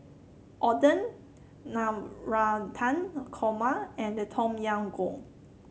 Oden Navratan Korma and Tom Yam Goong